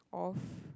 of